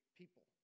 people